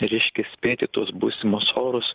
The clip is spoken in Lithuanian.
reiškia spėti tuos būsimus orus